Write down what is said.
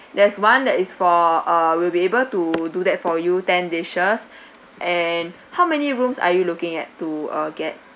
there's [one] that is for uh will be able to do that for you ten dishes and how many rooms are you looking at to uh get